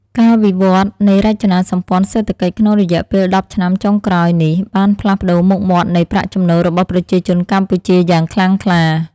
ការវិវត្តនៃរចនាសម្ព័ន្ធសេដ្ឋកិច្ចក្នុងរយៈពេលដប់ឆ្នាំចុងក្រោយនេះបានផ្លាស់ប្តូរមុខមាត់នៃប្រាក់ចំណូលរបស់ប្រជាជនកម្ពុជាយ៉ាងខ្លាំងក្លា។